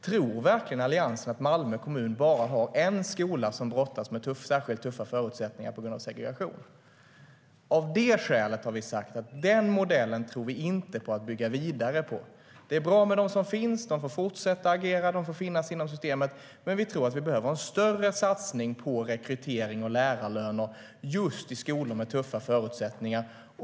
Tror verkligen Alliansen att Malmö kommun har bara en skola som brottas med särskilt tuffa förutsättningar på grund av segregation? Av det skälet har vi sagt: Den modellen tror vi inte på att bygga vidare på. Det är bra med dem som finns. De får fortsätta agera och får finnas inom systemet. Men vi tror att vi behöver ha större satsning på rekrytering och lärarlöner just i skolor med tuffa förutsättningar.